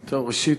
ראשית,